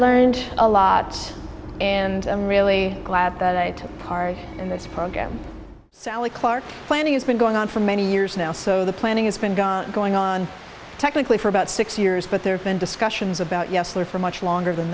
learned a lot and i'm really glad that i took part in this program sally clark planning has been going on for many years now so the planning has been going on technically for about six years but there have been discussions about yes there for much longer than